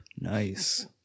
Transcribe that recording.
Nice